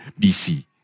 BC